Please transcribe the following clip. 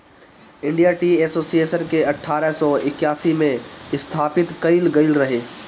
India tea association के अठारह सौ इक्यासी में स्थापित कईल गईल रहे